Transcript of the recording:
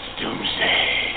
doomsday